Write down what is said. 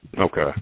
Okay